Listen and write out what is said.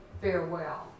farewell